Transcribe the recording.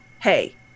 hey